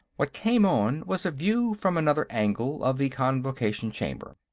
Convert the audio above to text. what came on was a view, from another angle, of the convocation chamber.